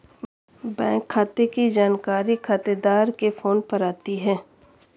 bank खाते की जानकारी खातेदार के फोन पर आती है